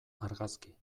argazki